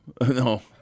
No